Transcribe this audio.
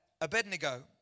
Abednego